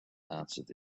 answered